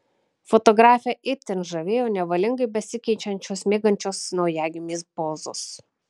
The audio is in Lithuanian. fotografę itin žavėjo nevalingai besikeičiančios miegančios naujagimės pozos